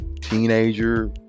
teenager